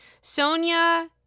Sonia